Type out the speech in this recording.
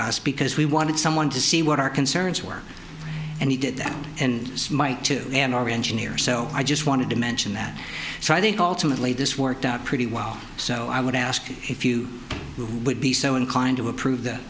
us because we wanted someone to see what our concerns were and he did that and smite to an army engineer so i just wanted to mention that so i think ultimately this worked out pretty well so i would ask if you would be so inclined to approve th